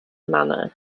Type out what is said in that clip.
manor